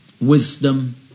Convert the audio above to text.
wisdom